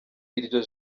iryo